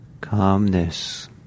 calmness